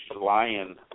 lion